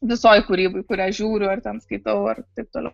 visoj kūryboj kurią žiūriu ar ten skaitau ar taip toliau